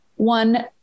one